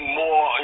more